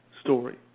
story